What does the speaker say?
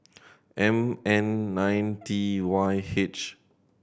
M N nine T Y H